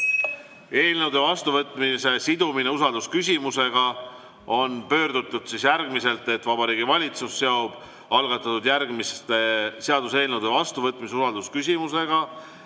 Eelnõude vastuvõtmise sidumine usaldusküsimusega. On pöördutud järgmiselt: Vabariigi Valitsus seob algatatud järgmiste seaduseelnõude vastuvõtmise usaldusküsimusega